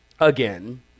again